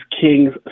Kings